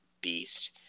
beast